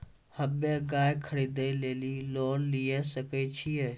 हम्मे गाय खरीदे लेली लोन लिये सकय छियै?